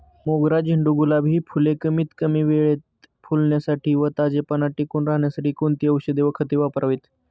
मोगरा, झेंडू, गुलाब हि फूले कमीत कमी वेळेत फुलण्यासाठी व ताजेपणा टिकून राहण्यासाठी कोणती औषधे व खते वापरावीत?